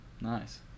nice